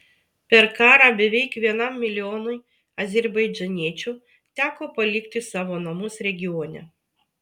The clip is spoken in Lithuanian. per karą beveik vienam milijonui azerbaidžaniečių teko palikti savo namus regione